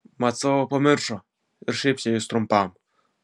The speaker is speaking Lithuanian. mat savo pamiršo ir šiaip čia jis trumpam